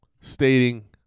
Stating